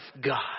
God